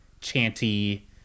chanty